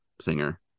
singer